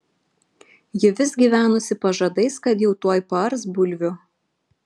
ji vis gyvenusi pažadais kad jau tuoj paars bulvių